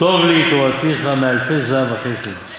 'טוב לי תורת פיך מאלפי זהב וכסף'.